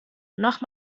noch